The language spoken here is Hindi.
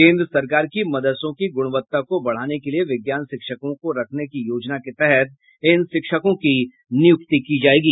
केंद्र सरकार की मदरसों की गुणवत्ता को बढ़ाने के लिये विज्ञान शिक्षकों को रखने की योजना के तहत इन शिक्षकों की नियुक्ति की जायेगी